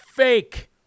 fake